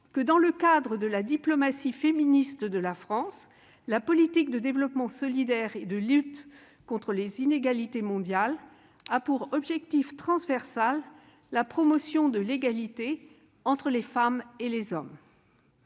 que, dans le cadre de la diplomatie féministe de la France, la politique de développement solidaire et de lutte contre les inégalités mondiales a pour objectif transversal la promotion de l'égalité entre les femmes et les hommes.